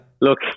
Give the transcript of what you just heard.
look